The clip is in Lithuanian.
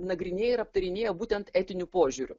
nagrinėja ir aptarinėja būtent etiniu požiūriu